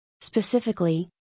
Specifically